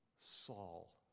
Saul